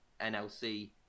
NLC